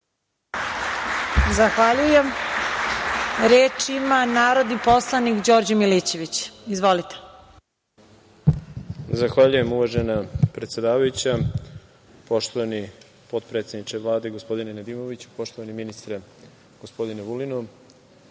Zahvaljujem. Reč ima narodni poslanik Đorđe Milićević. **Đorđe Milićević** Zahvaljujem, uvažena predsedavajuća. Poštovani potpredsedniče Vlade, gospodine Nedimoviću, poštovani ministre, gospodine Vulinu,